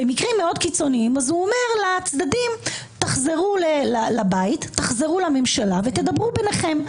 במקרים מאוד קיצוניים הוא אומר לצדדים: תחזרו לממשלה ותדברו ביניכם.